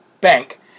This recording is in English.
Bank